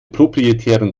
proprietären